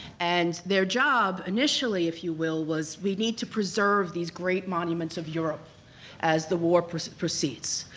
and their job initially, if you will, was, we need to preserve these great monuments of europe as the war proceeds.